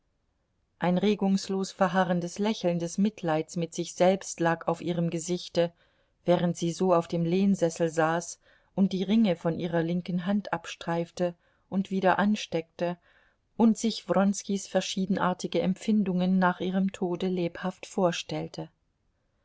ein regungslos verharrendes lächeln des mitleids mit sich selbst lag auf ihrem gesichte während sie so auf dem lehnsessel saß und die ringe von ihrer linken hand abstreifte und wieder ansteckte und sich wronskis verschiedenartige empfindungen nach ihrem tode lebhaft vorstellte